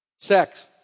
sex